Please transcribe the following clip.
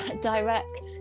direct